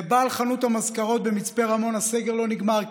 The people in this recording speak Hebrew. לבעל חנות המזכרות במצפה רמון הסגר לא נגמר,